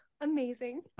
amazing